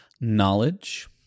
Knowledge